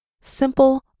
simple